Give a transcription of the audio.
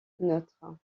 neutre